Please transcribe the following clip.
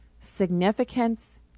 significance